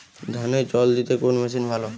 ধানে জল দিতে কোন মেশিন ভালো?